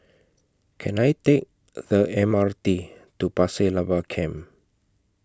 Can I Take The M R T to Pasir Laba Camp